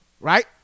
right